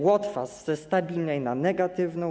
Łotwa - ze stabilnej na negatywną.